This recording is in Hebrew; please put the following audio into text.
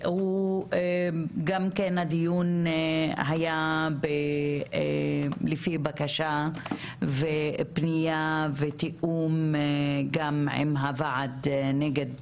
הדיון היה לפי בקשה ופנייה ותיאום גם עם הוועד נגד